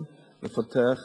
אני חייב להגיד את זה מייד.